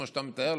כמו שאתה מתאר,